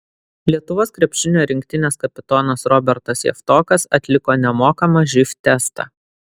lietuvos krepšinio rinktinės kapitonas robertas javtokas atliko nemokamą živ testą